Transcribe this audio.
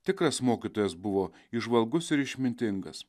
tikras mokytojas buvo įžvalgus ir išmintingas